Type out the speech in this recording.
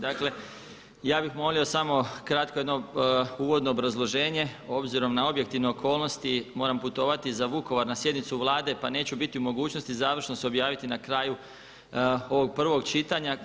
Dakle, ja bih molio samo kratko jedno uvodno obrazloženje obzirom na objektivne okolnosti moram putovati za Vukovar na sjednicu Vlade, pa neću biti u mogućnosti završno se objaviti na kraju ovog prvog čitanja.